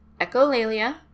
echolalia